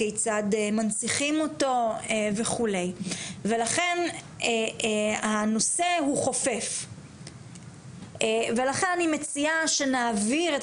כיצד מנציחים אותו וכו' ולכן הנושא הוא חופף ולכן אני מציעה שנעביר את